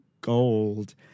Gold